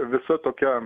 visa tokia